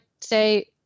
say